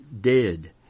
dead